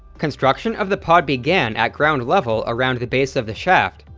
construction of the pod began at ground level around the base of the shaft,